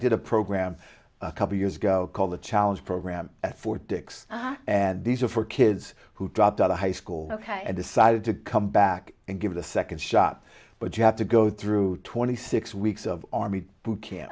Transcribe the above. did a program a couple years ago called the challenge program at fort dix and these are for kids who dropped out of high school and decided to come back and give the second shop but you have to go through twenty six weeks of army to ca